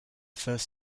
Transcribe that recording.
first